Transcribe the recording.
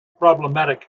problematic